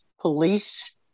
police